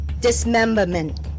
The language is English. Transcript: dismemberment